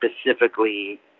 specifically